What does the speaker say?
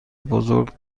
بزرگ